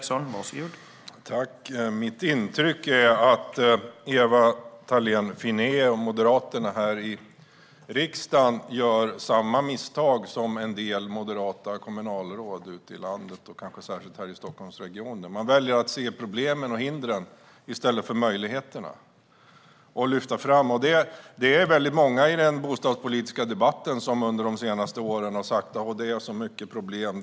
Herr talman! Mitt intryck är att Ewa Thalén Finné och Moderaterna här i riksdagen begår samma misstag som en del moderata kommunalråd ute i landet och kanske särskilt här i Stockholmsregionen. Man väljer att se problemen och hindren i stället för att lyfta fram möjligheterna. Det är många i den bostadspolitiska debatten som under de senaste åren har sagt: Det är så mycket problem.